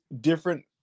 different